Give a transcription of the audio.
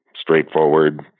Straightforward